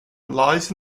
lies